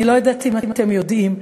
אני לא יודעת אם אתם יודעים,